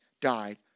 died